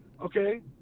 okay